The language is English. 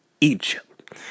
Egypt